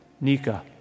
Nika